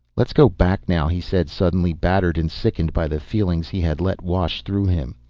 let's go back now, he said, suddenly battered and sickened by the feelings he had let wash through him.